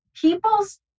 people's